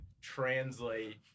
translate